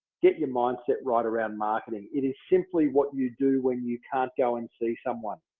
get your mindset right around marketing. it is simply what you do when you can't go and see someone.